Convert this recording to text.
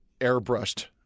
airbrushed